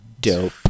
Dope